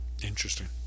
Interesting